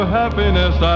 happiness